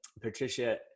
Patricia